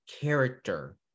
character